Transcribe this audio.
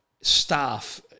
staff